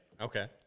Okay